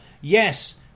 Yes